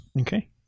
Okay